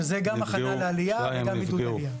וזה גם הכנה לעלייה וגם עידוד עלייה.